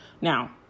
now